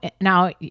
Now